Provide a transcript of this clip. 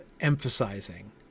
emphasizing